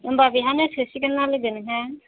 होनबा बेहायनो सोसिगोन ना लोगो नोंहा